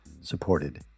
supported